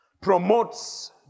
promotes